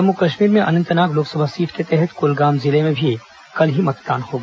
जम्मू कश्मीर में अनंतनाग लोकसभा सीट के तहत कुलगाम जिले में भी कल ही मतदान होगा